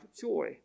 joy